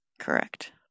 Correct